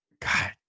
God